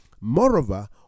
Moreover